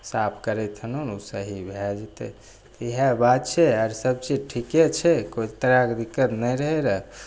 साफ करेथिन ओ सही भै जएतै इहए बात छै आओर सबचीज ठीके छै कोइ तरहके दिक्कत नहि रहै रऽ